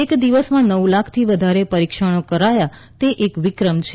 એક દિવસમાં નવ લાખથી વધારે ટેસ્ટ કરાયા તે એક વિક્રમ છે